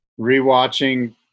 rewatching